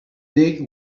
dig